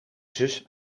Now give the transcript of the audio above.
zus